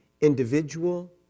individual